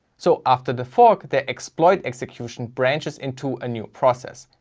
so after the fork, the exploit execution branches into a new process.